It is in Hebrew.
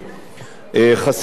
חסר אחריות,